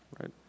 right